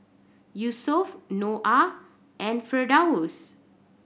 Yusuf Noah and Firdaus